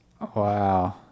Wow